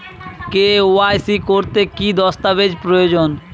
KYC করতে কি দস্তাবেজ প্রয়োজন?